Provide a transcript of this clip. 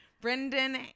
Brendan